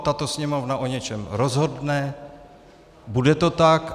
Tato Sněmovna o něčem rozhodne, bude to tak.